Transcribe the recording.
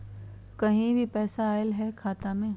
कहीं से पैसा आएल हैं खाता में?